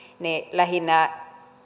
ne lähinnä